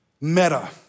meta